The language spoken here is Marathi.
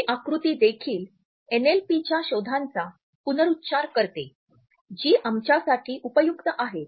ही आकृती देखील एनएलपीच्या शोधांचा पुनःउच्चार करते जी आमच्यासाठी उपयुक्त आहेत